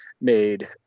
made